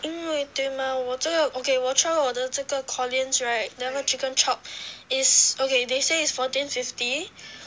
因为对吗我只有 okay 我 try 我的这个 Collins right 那个 chicken chop is okay they say is fourteen fifty